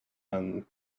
and